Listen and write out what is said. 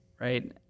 right